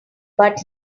but